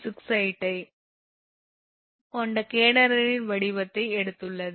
68 m கொண்ட கேடனரியின் வடிவத்தை எடுத்துள்ளது